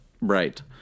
Right